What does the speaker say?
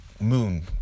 Moon